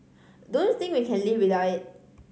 don't think we can live without it